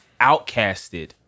outcasted